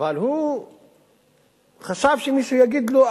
אבל הוא חשב שמישהו יגיד לו,